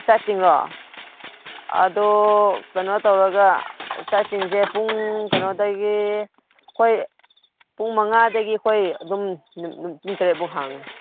ꯁ꯭ꯇꯥꯔꯇꯤꯡꯂꯣ ꯑꯗꯣ ꯀꯩꯅꯣ ꯇꯧꯔꯒ ꯁ꯭ꯇꯥꯔꯇꯤꯡꯁꯦ ꯄꯨꯡ ꯀꯩꯅꯣꯗꯒꯤ ꯑꯩꯈꯣꯏ ꯄꯨꯡ ꯃꯉꯥꯗꯒꯤ ꯑꯩꯈꯣꯏ ꯑꯗꯨꯝ ꯄꯨꯡ ꯇꯔꯦꯠꯐꯥꯎ ꯍꯥꯡꯉꯦ